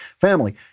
family